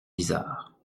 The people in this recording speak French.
bizarres